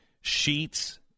sheets